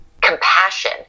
compassion